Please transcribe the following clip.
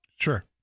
Sure